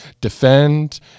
defend